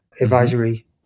Advisory